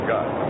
God